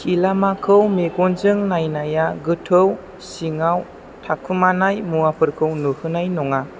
खिलामाखौ मेगनजों नायनाया गोथौ सिङाव थाखुमानाय मुवाफोरखौ नुहोनाय नङा